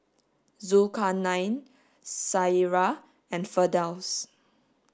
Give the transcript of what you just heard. Zulkarnain Syirah and Firdaus